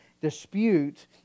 dispute